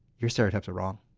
your stereotypes are wrong,